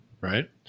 right